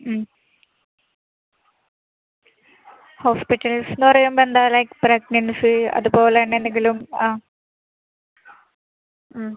ഉം ഹോസ്പിറ്റൽസ്സ് എന്ന് പറയുമ്പം എന്താ ലൈക് പ്രേഗ്നെൻസി അതുപോലെ തന്നെ എന്തെങ്കിലും അ ഉം